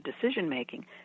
decision-making